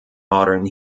modern